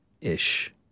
ish